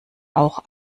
auch